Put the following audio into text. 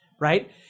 right